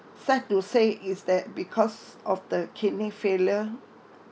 sad to say is that because of the kidney failure